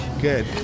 Good